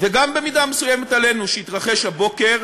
וגם במידה מסוימת עלינו, שהתרחש הבוקר,